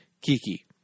Kiki